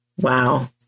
Wow